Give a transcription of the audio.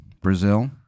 Brazil